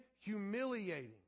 humiliating